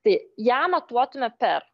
tai ją matuotume per